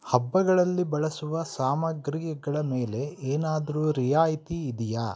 ಹಬ್ಬಗಳಲ್ಲಿ ಬಳಸುವ ಸಾಮಾಗ್ರಿಗಳ ಮೇಲೆ ಏನಾದರೂ ರಿಯಾಯಿತಿ ಇದೆಯಾ